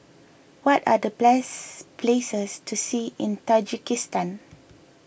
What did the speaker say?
what are the bless places to see in Tajikistan